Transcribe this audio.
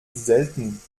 selten